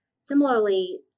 Similarly